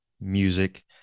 music